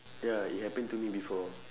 ya it happened to me before